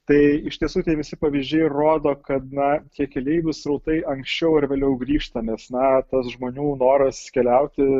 tai iš tiesų tie visi pavyzdžiai rodo kad na tie keleivių srautai anksčiau ar vėliau grįžta nes na tas žmonių noras keliauti